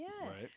Yes